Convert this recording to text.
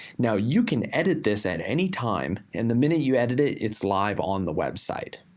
now, you can edit this at any time, and the minute you edit it, it's live on the website.